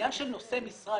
העניין של נושא משרה,